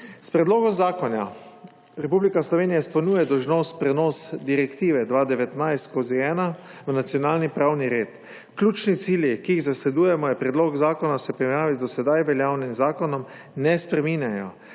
S predlogom zakona Republika Slovenija izpolnjuje dolžnost prenosa Direktive 2019/1 v nacionalni pravni red. Ključni cilji, ki jih zasledujemo v predlogu zakona, se v primerjavi z do sedaj veljavnim zakonom ne spreminjajo.